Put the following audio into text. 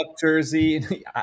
jersey